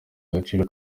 agaciro